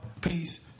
peace